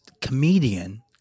comedian